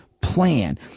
Plan